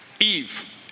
Eve